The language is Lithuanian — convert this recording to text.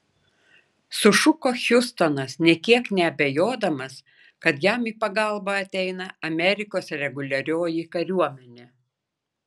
sušuko hiustonas nė kiek neabejodamas kad jam į pagalbą ateina amerikos reguliarioji kariuomenė